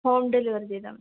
home delivery ചെയ്താൽ മതി